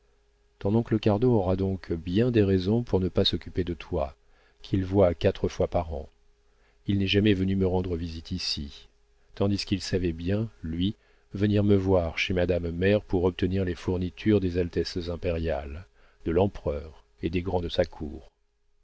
ton oncle cardot aura donc bien des raisons pour ne pas s'occuper de toi qu'il voit quatre fois par an il n'est jamais venu me rendre visite ici tandis qu'il savait bien lui venir me voir chez madame mère pour obtenir les fournitures des altesses impériales de l'empereur et des grands de sa cour